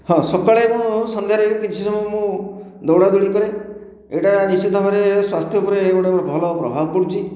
ହଁ ସକାଳେ ଏବଂ ସନ୍ଧ୍ୟାରେ କିଛି ସମୟ ମୁଁ ଦୌଡ଼ା ଦୌଡ଼ି କରେ ଏଇଟା ନିଶ୍ଚିତ ଭାବରେ ସ୍ଵାସ୍ଥ୍ୟ ଉପରେ ଗୋଟିଏ ଭଲ ପ୍ରଭାବ ପଡ଼ୁଛି